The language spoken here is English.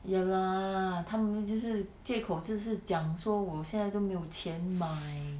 ya lah 他们就是借口就是讲说我现在都没有钱买